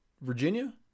Virginia